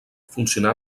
funcionà